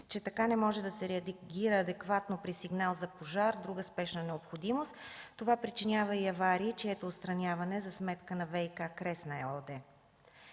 че така не може да се реагира адекватно при сигнал за пожар и друга спешна необходимост. Това причинява и аварии, чието отстраняване е за сметка на ВиК „Кресна” ЕООД.